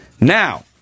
Now